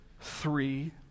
three